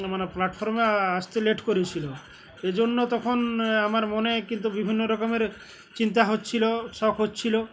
মানে প্ল্যাটফর্মে আসতে লেট করেছিল এ জন্য তখন আমার মনে কিন্তু বিভিন্ন রকমের চিন্তা হচ্ছিল শখ হচ্ছিলো